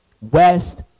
west